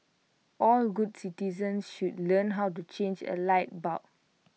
all good citizens should learn how to change A light bulb